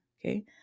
okay